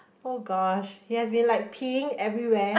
oh gosh he has been like peeing everywhere